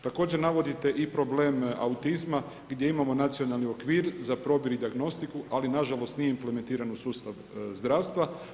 Također navodite i problem autizma gdje imamo nacionalni okvir za probir i dijagnostiku ali nažalost nije implementiran u sustav zdravstva.